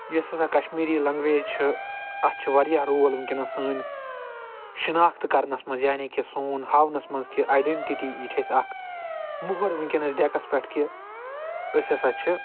یۄس ہسا کشمیٖری لٮ۪نگوٮ۪ج چھِ اتھ چھِ واریاہ رول وٕنکٮ۪نس سٲنۍ شناخت کرنس منٛز یعنے کہِ سون ہاونس منٛز کہِ آٮ۪ڈنٹِٹی یہِ چھےٚ اکھ مُہر وٕنکٮ۪نس ڈٮ۪کس پٮ۪ٹھ کہِ أسۍ ہسا چھِ